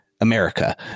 America